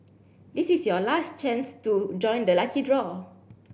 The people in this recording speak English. this is your last chance to join the lucky draw